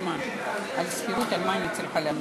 על מה אני צריכה לענות?